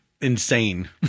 insane